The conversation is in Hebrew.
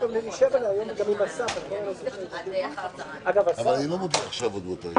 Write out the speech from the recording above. ואנחנו מדברים לעצמנו.